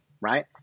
right